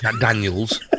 Daniel's